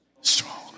Strong